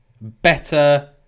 better